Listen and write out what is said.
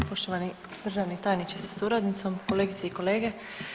Poštovani državni tajniče sa suradnicom, kolegice i kolege.